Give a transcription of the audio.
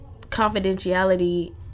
confidentiality